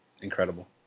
incredible